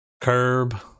Curb